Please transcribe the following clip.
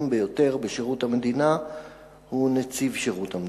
ביותר בשירות המדינה הוא נציב שירות המדינה.